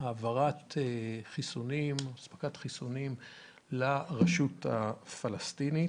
להעברת חיסונים לרשות הפלסטינית.